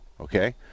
Okay